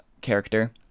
character